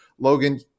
Logan